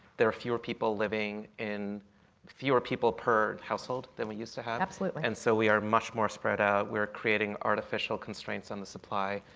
there are fewer people living in fewer people per household than we used to have. absolutely. and so we are much more spread out. we're creating artificial constraints on the supply.